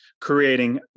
creating